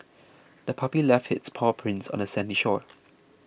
the puppy left its paw prints on the sandy shore